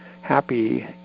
happy